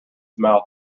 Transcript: mouth